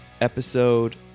Episode